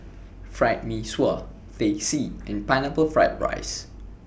Fried Mee Sua Teh C and Pineapple Fried Rice